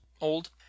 old